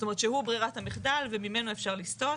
זאת אומרת, שהוא ברירת המחדל וממנו אפשר לסטות.